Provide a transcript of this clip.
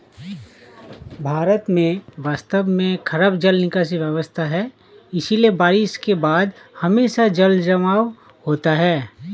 भारत में वास्तव में खराब जल निकासी व्यवस्था है, इसलिए बारिश के बाद हमेशा जलजमाव होता है